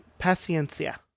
paciencia